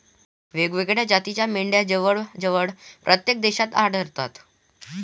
वेगवेगळ्या जातीच्या मेंढ्या जवळजवळ प्रत्येक देशात आढळतात